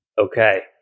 Okay